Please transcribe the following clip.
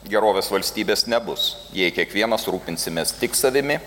gerovės valstybės nebus jei kiekvienas rūpinsimės tik savimi